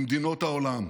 ממדינות העולם.